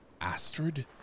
Astrid